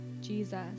Jesus